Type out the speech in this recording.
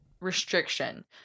restriction